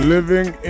Living